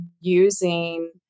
using